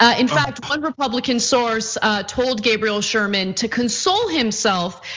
ah in fact on republican source told gabriel sherman to console himself.